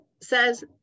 says